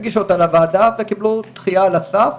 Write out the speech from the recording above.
הגישו אותה לוועדה וקיבלו דחייה על הסף,